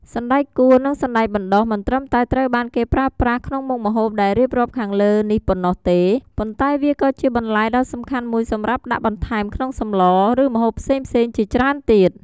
សណ្តែកគួរ និងសណ្តែកបណ្តុះ មិនត្រឹមតែត្រូវបានគេប្រើប្រាស់ក្នុងមុខម្ហូបដែលរៀបរាប់ខាងលើនេះប៉ុណ្ណោះទេ ប៉ុន្តែវាក៏ជាបន្លែដ៏សំខាន់មួយសម្រាប់ដាក់បន្ថែមក្នុងសម្ល ឬម្ហូបផ្សេងៗជាច្រើនទៀត។